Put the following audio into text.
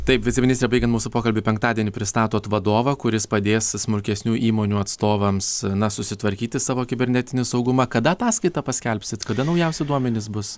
taip viceministre baigiant mūsų pokalbį penktadienį pristatot vadovą kuris padės smulkesnių įmonių atstovams na susitvarkyti savo kibernetinį saugumą kada ataskaitą paskelbsit kad naujausi duomenys bus